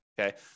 okay